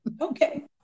Okay